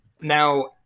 Now